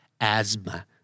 Asthma